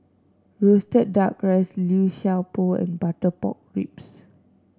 roasted duck rice Liu Sha Bao and Butter Pork Ribs